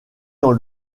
dans